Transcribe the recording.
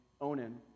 Onan